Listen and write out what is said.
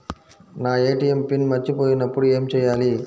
నా ATM PIN మర్చిపోయినప్పుడు ఏమి చేయాలి?